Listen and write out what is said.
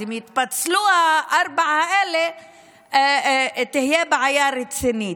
אז אם יתפצלו הארבעה האלה תהיה בעיה רצינית.